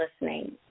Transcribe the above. listening